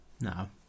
No